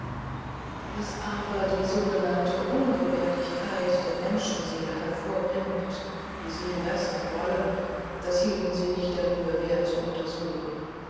was aber die sogenannte ungebärdigkeit der menschenseele hervorging die sie bessern wollten das hielten sie nicht der mühe wert zu untersuchen